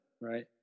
Right